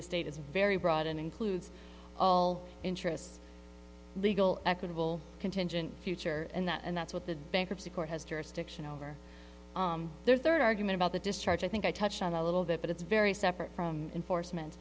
estate is very broad and includes all interests legal equitable contingent future and that's what the bankruptcy court has jurisdiction over their third argument about the discharge i think i touched on a little bit but it's very separate from enforcement